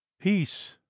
Peace